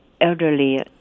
elderly